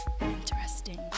Interesting